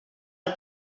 del